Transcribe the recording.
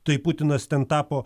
tai putinas ten tapo